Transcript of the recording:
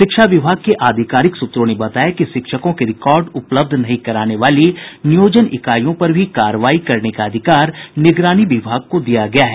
शिक्षा विभाग के आधिकारिक सूत्रों ने बताया कि शिक्षकों के रिकॉर्ड उपलब्ध नहीं कराने वाली नियोजन इकाईयों पर भी कार्रवाई करने का अधिकार निगरानी विभाग को दिया गया है